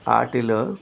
వాటిలో